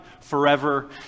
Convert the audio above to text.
forever